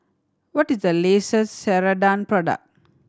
what is the latest Ceradan product